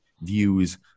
views